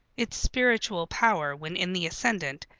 its spiritual power when in the ascendant,